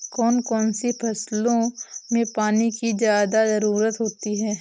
कौन कौन सी फसलों में पानी की ज्यादा ज़रुरत होती है?